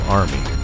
army